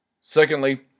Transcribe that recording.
Secondly